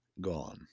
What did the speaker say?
gone